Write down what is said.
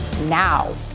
now